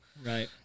Right